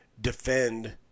defend